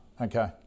okay